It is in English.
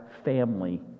family